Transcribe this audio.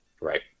right